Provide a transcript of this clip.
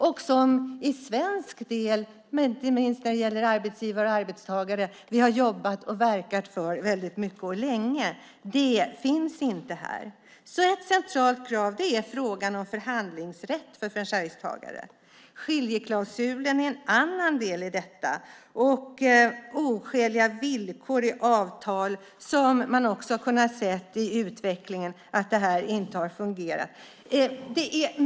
Vad vi för svensk del, inte minst när det gäller arbetsgivare och arbetstagare, har verkat för länge finns inte här. Ett centralt krav är frågan om förhandlingsrätt för franchisetagare. Skiljeklausulen är en annan del i detta. Vi har sett i utvecklingen oskäliga villkor i avtal, och det har inte fungerat.